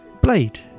Blade